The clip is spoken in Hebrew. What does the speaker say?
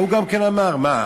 ההוא גם כן אמר: מה,